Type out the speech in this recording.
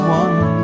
one